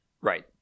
Right